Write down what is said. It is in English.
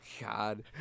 God